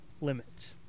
limits